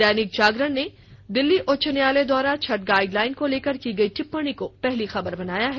दैनिक जागरण ने दिल्ली उच्च न्यायालय द्वारा छठ गाइडलाइन को लेकर की गयी टिप्पणी को पहली खबर बनाया है